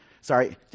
sorry